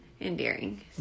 endearing